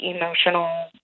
emotional